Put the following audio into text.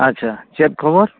ᱟᱪᱪᱷᱟ ᱪᱮᱫ ᱠᱷᱚᱵᱚᱨ